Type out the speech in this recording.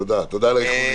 תודה, תודה על האיחולים.